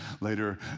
later